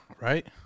Right